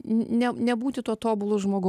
n ne nebūti tuo tobulu žmogum